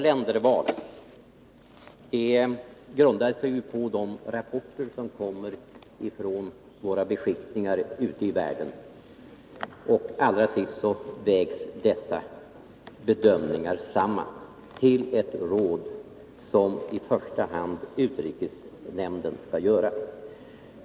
Ländervalet grundar sig på de rapporter som kommer från våra beskickningar ute i världen. Därefter vägs dessa bedömningar samman till ett råd, som i första hand utrikesnämnden ger.